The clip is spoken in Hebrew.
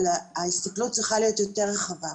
אבל ההסתכלות צריכה להיות יותר רחבה.